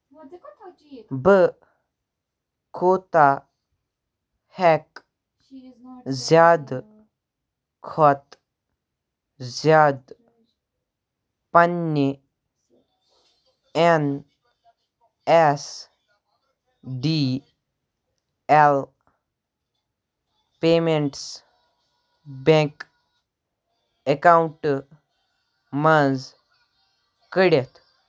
بہٕ کوٗتاہ ہٮ۪ک زِیٛادٕ کھۄتہٕ زِیٛادٕ پنٕنہِ N S D L payments bank اکاونٹہٕ منٛز کٔڈِتھ